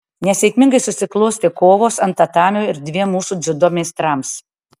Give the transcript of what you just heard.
nesėkmingai susiklostė kovos ant tatamio ir dviem mūsų dziudo meistrams